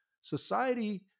Society